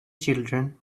children